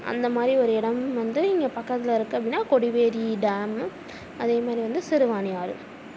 அந்தமாதிரி ஒரு இடம் வந்து இங்கே பக்கத்தில் இருக்குது அப்படினா கொடிவேரி டேமு அதேமாரி சிறுவாணி ஆறு